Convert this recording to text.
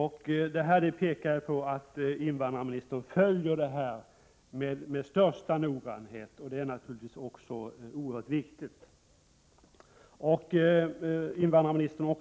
Detta pekar på att invandrarministern följer denna fråga med största noggrannhet, och det är naturligtvis oerhört viktigt.